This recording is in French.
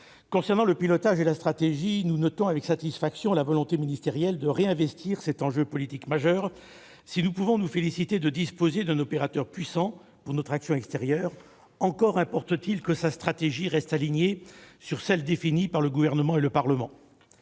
matière de pilotage et de stratégie, nous notons avec satisfaction la volonté du ministère de réinvestir cet enjeu politique majeur. Nous pouvons nous féliciter de disposer d'un opérateur puissant pour notre action extérieure, mais il est impératif que sa stratégie reste alignée sur celle qui est définie par le Gouvernement et le Parlement.